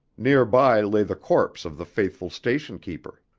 nearby lay the corpse of the faithful station-keeper.